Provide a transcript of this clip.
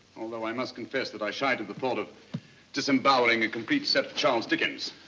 although i must confess that i shy to the thought of disemboweling a complete set of charles dickens.